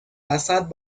وسط